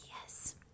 yes